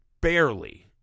barely